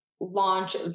launch